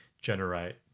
generate